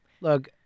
look